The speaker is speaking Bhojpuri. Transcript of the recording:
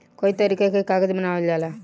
कई तरीका के कागज बनावल जाला